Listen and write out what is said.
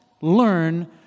learn